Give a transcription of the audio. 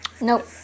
Nope